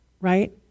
right